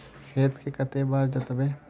खेत के कते बार जोतबे?